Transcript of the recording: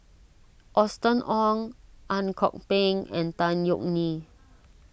Austen Ong Ang Kok Peng and Tan Yeok Nee